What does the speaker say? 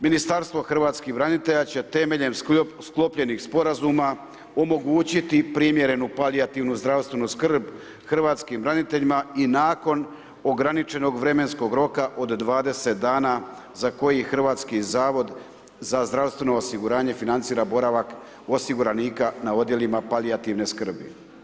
Ministarstvo hrvatskih branitelja će temeljem sklopljenih sporazuma omogućiti primjerenu palijativnu zdravstvenu skrb hrvatskim braniteljima i nakon ograničenog vremenskog roka od 20 dana za koji Hrvatski zavod za zdravstveno osiguranje financira boravak osiguranika na odjelima palijativne skrbi.